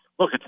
Look